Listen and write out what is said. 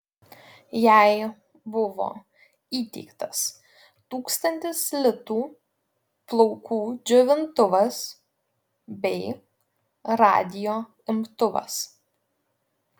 jai buvo įteiktas tūkstantis litų plaukų džiovintuvas bei radijo imtuvas